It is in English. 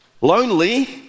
Lonely